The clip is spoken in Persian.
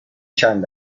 چند